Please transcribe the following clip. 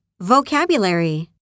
Vocabulary